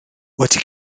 wedi